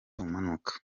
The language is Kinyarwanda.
umanuka